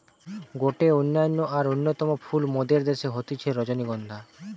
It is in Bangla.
গটে অনন্য আর অন্যতম ফুল মোদের দ্যাশে হতিছে রজনীগন্ধা